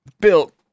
built